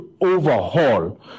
overhaul